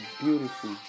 beautiful